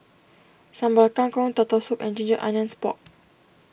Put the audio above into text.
Sambal Kangkong Turtle Soup and Ginger Onions Pork